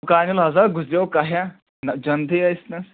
کانیُل ہَسا گُذریٚو کہیٚن نہَ جَنتٕے ٲسنَس